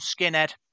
skinhead